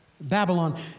Babylon